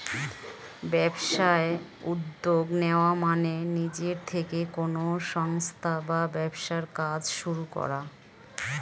ব্যবসায় উদ্যোগ নেওয়া মানে নিজে থেকে কোনো সংস্থা বা ব্যবসার কাজ শুরু করা